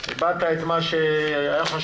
שמענו את דבריך, הבעת אותם בצורה ברורה.